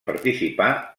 participar